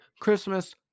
Christmas